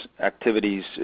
Activities